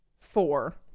Four